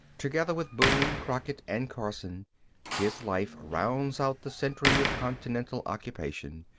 together with boone, crockett, and carson his life rounds out the century of continental occupation,